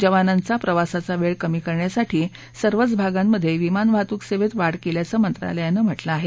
जवानांचा प्रवासाचा वेळ कमी करण्यासाठी सर्वच भागांमध्ये विमान वाहतूक सेवेत वाढ केल्याचं मंत्रालयानं म्हटलं आहे